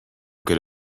good